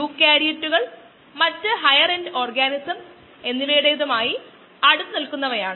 അങ്ങനെയാണെങ്കിൽ S ഏകദേശം K s ന് തുല്യമാണ്